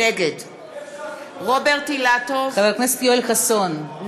נגד חבר הכנסת יואל חסון,